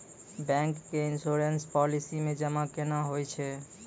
Bank के insurance policy मे जमा केना होय छै?